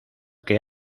que